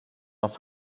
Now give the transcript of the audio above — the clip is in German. auf